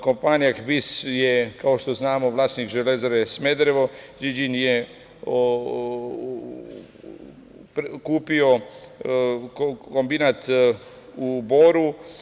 Kompanija HBIS je, kao što znamo, vlasnik Železare Smederevo, „Zi Jin“ je kupio kombinat u Boru.